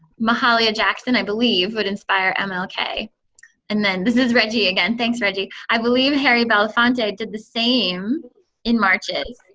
mahalia jackson, i believe, would inspire um ah mlk. and then this is reggie again. thanks, reggie. i believe harry belafonte did the same in marches.